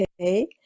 okay